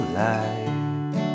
life